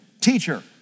teacher